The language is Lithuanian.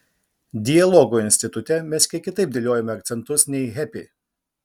dialogo institute mes kiek kitaip dėliojame akcentus nei hepi